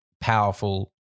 powerful